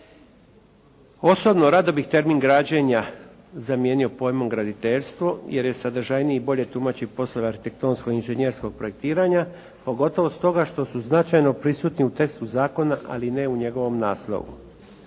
Osobno rado bih termin građenja zamijenio pojmom graditeljstvo, jer je sadržajnije i bolje tumači poslove arhitektonsko inženjerskog projektiranja pogotovo stoga što su značajno prisutni u tekstu zakona ali ne u njegovom naslovu.